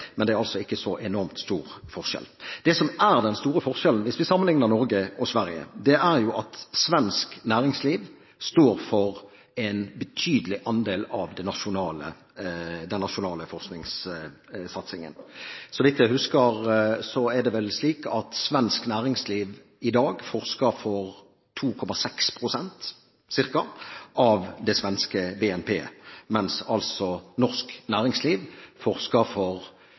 men det er altså ikke så enormt stor forskjell. Det som er den store forskjellen, hvis vi sammenlikner Norge og Sverige, er at svensk næringsliv står for en betydelig andel av den nasjonale forskningssatsingen. Så vidt jeg husker, forsker svensk næringsliv i dag for ca. 2,6 pst. av det svenske BNP, mens norsk næringsliv altså forsker for